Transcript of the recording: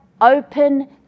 open